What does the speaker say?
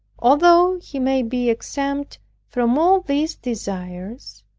although he may be exempt from all these desires,